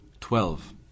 Twelve